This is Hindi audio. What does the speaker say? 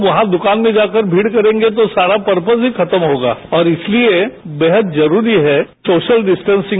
यहां दुकान में जाकर भीड करेंगे तो सारा प्रपज ही खत्म होगा और इसलिए बेहद जरूरी है सोशल डिस्टेंसिंग